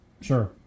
Sure